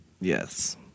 Yes